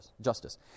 justice